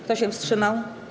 Kto się wstrzymał?